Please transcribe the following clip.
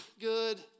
good